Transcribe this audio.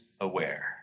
aware